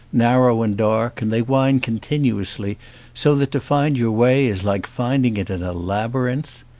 narrow and dark, and they wind continuously so that to find your way is like finding it in a labyrinth.